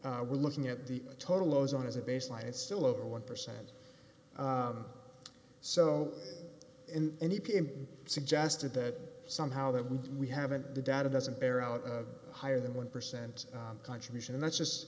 say we're looking at the total ozone as a baseline it's still over one percent so in any came suggested that somehow that we haven't the data doesn't bear out higher than one percent contribution and that's just